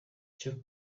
icyo